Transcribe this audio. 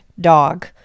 dog